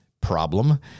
problem